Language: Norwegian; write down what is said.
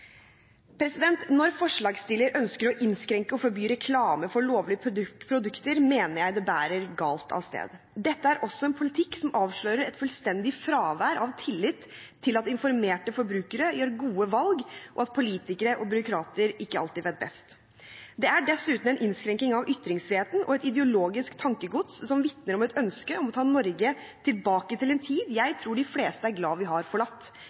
Når forslagsstilleren ønsker å innskrenke og forby reklame for lovlige produkter, mener jeg det bærer galt av sted. Dette er også en politikk som avslører et fullstendig fravær av tillit til at informerte forbrukere gjør gode valg, og at politikere og byråkrater ikke alltid vet best. Det er dessuten en innskrenkning av ytringsfriheten og et ideologisk tankegods som vitner om et ønske om å ta Norge tilbake til en tid jeg tror de fleste er glad vi har forlatt